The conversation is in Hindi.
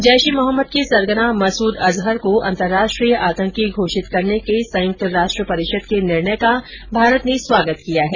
जैश ए मोहम्मद के सरगना मसूद अजहर को अंतर्राष्ट्रीय आतंकी घोषित करने के संयुक्त राष्ट परिषद के निर्णय का भारत ने स्वागत किया है